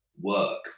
work